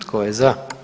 Tko je za?